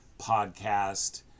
podcast